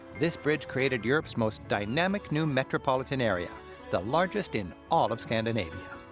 this bridge created europe's most dynamic new metropolitan area the largest in all of scandinavia.